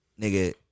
Nigga